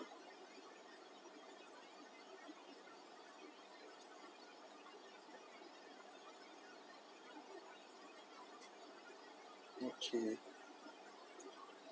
okay